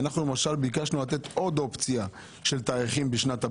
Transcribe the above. אנחנו למשל ביקשנו לתת עוד אופציה של תאריכים בשנת הבסיס,